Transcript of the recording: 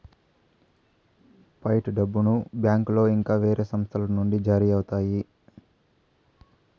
fight డబ్బును బ్యాంకులో ఇంకా వేరే సంస్థల నుండి జారీ అవుతాయి